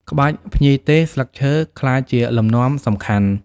ក្បាច់ភ្ញីទេស (ស្លឹកឈើ) បានក្លាយជាលំនាំសំខាន់។